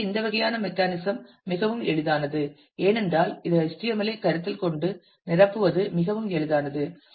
எனவே இந்த வகையான மெக்கானிசம் மிகவும் எளிதானது ஏனென்றால் இது HTML ஐ கருத்தில் கொண்டு நிரப்புவது மிகவும் எளிதானது